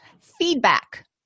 feedback